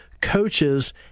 coaches